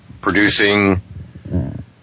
producing